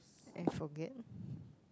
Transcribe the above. and forget